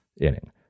inning